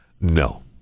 No